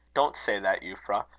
don't say that, euphra.